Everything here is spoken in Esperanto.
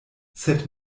sed